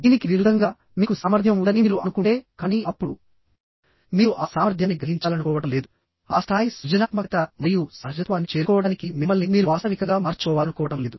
దీనికి విరుద్ధంగా మీకు సామర్థ్యం ఉందని మీరు అనుకుంటే కానీ అప్పుడు మీరు ఆ సామర్థ్యాన్ని గ్రహించాలనుకోవడం లేదు ఆ స్థాయి సృజనాత్మకత మరియు సహజత్వాన్ని చేరుకోవడానికి మిమ్మల్ని మీరు వాస్తవికంగా మార్చుకోవాలనుకోవడం లేదు